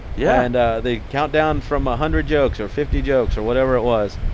yeah and they count down from a hundred jokes or fifty jokes or whatever it was.